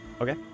Okay